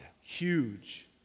Huge